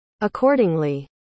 Accordingly